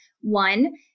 one